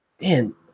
man